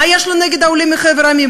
מה יש לו נגד העולים מחבר המדינות?